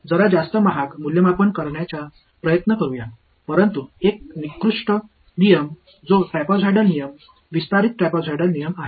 चला जरा जास्त महाग मूल्यमापन करण्याचा प्रयत्न करूया परंतु एक निकृष्ट नियम जो ट्रेपेझॉइडल नियम विस्तारित ट्रेपेझॉइडल नियम आहे